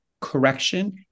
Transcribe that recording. correction